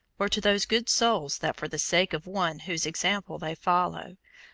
or to those good souls that for the sake of one whose example they follow,